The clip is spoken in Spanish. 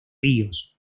ríos